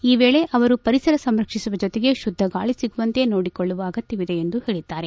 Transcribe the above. ಈ ವೇಳೆ ಅವರು ಪರಿಸರ ಸಂರಕ್ಷಿಸುವ ಜೊತೆಗೆ ತುದ್ದಗಾಳಿ ಸಿಗುವಂತೆ ನೋಡಿಕೊಳ್ಳುವ ಅಗತ್ತವಿದೆ ಎಂದು ಹೇಳದ್ದಾರೆ